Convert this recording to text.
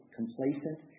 complacent